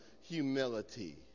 humility